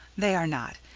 they are not.